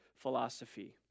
philosophy